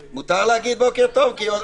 אני מבין שפרופ' גרוטו נמצא איתנו על הקו,